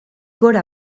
gora